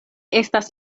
estas